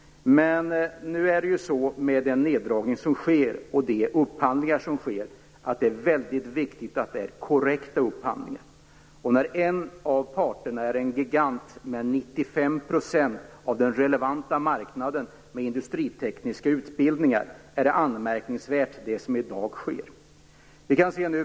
Men med den neddragning som sker är det viktigt att de upphandlingar som görs är korrekta. När en av parterna är en gigant med 95 % av den relevanta marknaden för industritekniska utbildningar är det som sker i dag anmärkningsvärt.